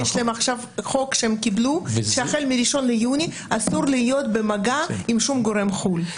ויש להם עכשיו חוק שהחל מ-1 ביוני אסור להיות במגע עם שום גורם חו"ל.